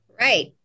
right